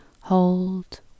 hold